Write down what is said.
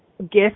gift